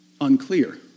unclear